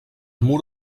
mur